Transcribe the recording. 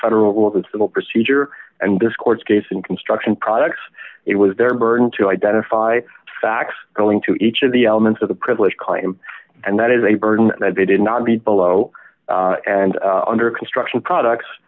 federal rules of civil procedure and this court's case in construction products it was their burden to identify facts going to each of the elements of the privilege claim and that is a burden that they did not meet below and under construction products